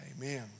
Amen